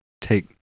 take